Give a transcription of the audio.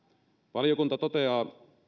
valiokunta toteaa